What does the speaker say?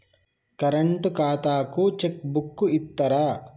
Current ఖాతాకు cheque book ఇత్తరా?